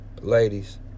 Ladies